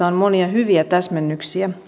on monia hyviä täsmennyksiä